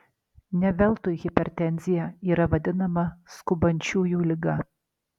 ne veltui hipertenzija yra vadinama skubančiųjų liga